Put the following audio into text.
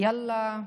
"יאללה",